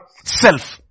self